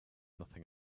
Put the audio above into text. nothing